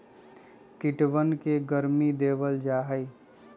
कीटवन के गर्मी देवल जाहई